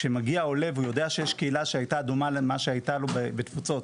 כשמגיע עולה והוא יודע שיש קהילה שהייתה דומה למה שהייתה לו בתפוצות,